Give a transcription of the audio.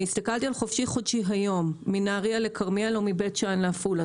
הסתכלתי על חופשי-חודשי היום מנהריה לכרמיאל או מבית שאן לעפולה,